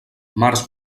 març